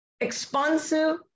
expansive